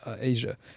Asia